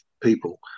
people